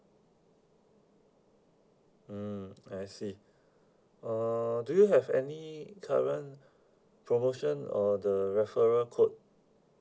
mm I see uh do you have any current promotion or the referral code